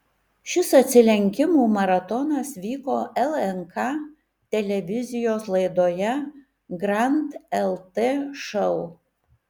šis atsilenkimų maratonas vyko lnk televizijos laidoje grand lt šou